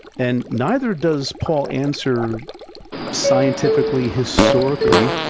and neither does paul answer scientifically historically,